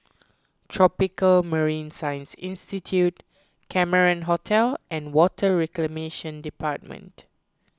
Tropical Marine Science Institute Cameron Hotel and Water Reclamation Department